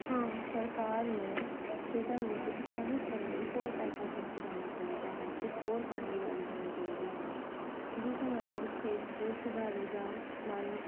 ਹਾਂ ਸਰਕਾਰ ਨੂੰ ਖੇਡਾਂ ਨੂੰ ਉਤਸ਼ਾਹਿਤ ਕਰਨ ਲਈ ਹੋਰ ਪੈਸਾ ਖਰਚ ਕਰਨਾ ਚਾਹੀਦਾ ਹੈ ਅਤੇ ਹੋਰ ਫੰਡ ਜਾਰੀ ਕਰਨੇ ਚਾਹੀਦੇ ਹਨ ਜਿਸ ਨਾਲ ਖੇਡ ਖਿਡਾਰੀ ਦਾ ਮਨ